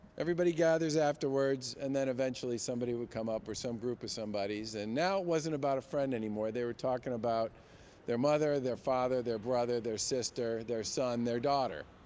everybody gathers afterwards, and then eventually somebody would come up, or some group of somebodies. and now, it wasn't about a friend anymore. they were talking about their mother, their father, their brother, their sister, their son, their daughter.